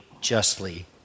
justly